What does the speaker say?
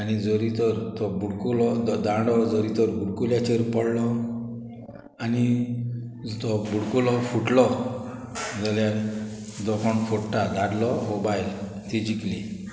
आनी जोरी तोर तो बुडकुलो तो दांडो जोरी तर बुडकुल्याचेर पडलो आनी तो बुडकुलो फुटलो जाल्यार तो कोण फोडटा दादलो वो बायल ती जिकली